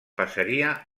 passaria